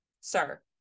sir